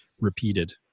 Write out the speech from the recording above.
repeated